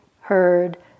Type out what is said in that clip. heard